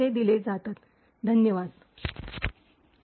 header table शीर्षलेख सारणी - table मधील स्तभाचे नाव